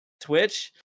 Twitch